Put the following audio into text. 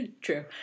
True